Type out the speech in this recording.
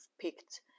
picked